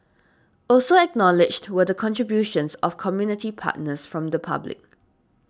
also acknowledged were the contributions of community partners from the public